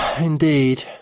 Indeed